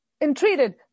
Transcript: entreated